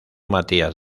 matías